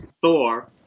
Thor